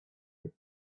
and